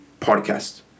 podcast